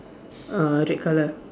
uh red color